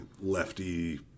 lefty